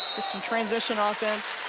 get some transition ah offense.